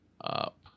Up